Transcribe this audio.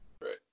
Right